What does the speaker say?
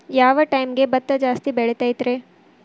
ಯಾವ ಟೈಮ್ಗೆ ಭತ್ತ ಜಾಸ್ತಿ ಬೆಳಿತೈತ್ರೇ?